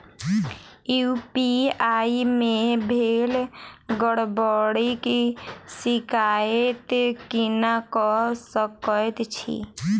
UPI मे भेल गड़बड़ीक शिकायत केना कऽ सकैत छी?